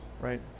right